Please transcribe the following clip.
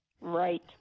Right